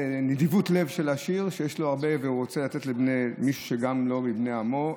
נדיבות לב של עשיר שיש לו הרבה והוא רוצה לתת גם למי שלא מבני עמו?